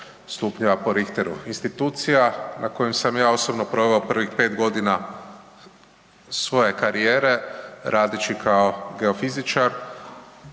stupnjeva po Richteru. Institucija na kojoj sam ja osobno proveo prvih 5 godina svoje karijere radeći kao geofizičar